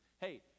hey